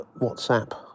WhatsApp